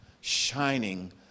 shining